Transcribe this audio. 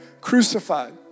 crucified